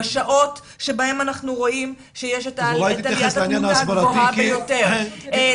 בשעות שבהן אנחנו רואים שיש את עליית התמותה הגבוהה ביותר,